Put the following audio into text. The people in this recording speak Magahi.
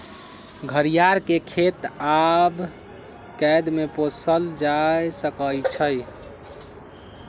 घरियार के खेत आऽ कैद में पोसल जा सकइ छइ